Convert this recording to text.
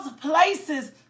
places